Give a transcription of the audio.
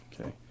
Okay